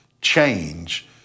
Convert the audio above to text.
change